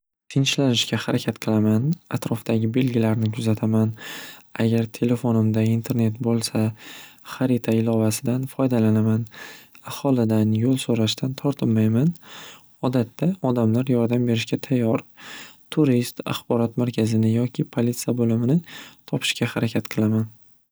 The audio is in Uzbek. Tinchlanishga harakat qilaman atrofdagi belgilarni kuzataman agar telefonimda internet bo'lsa xarita ilovasidan foydalanaman aholidan yo'l so'rashdan tortinmayman odatda odamlar yordam berishga tayyor turist axborot markazini yoki politsiya bo'limini topishga harakat qilaman.